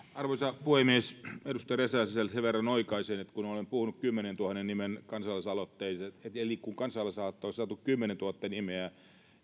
arvoisa puhemies edustaja räsäselle sen verran oikaisen että kun olen puhunut kymmenentuhannen nimen kansalaisaloitteesta eli kun kansalaisaloitteelle on saatu kymmenentuhatta nimeä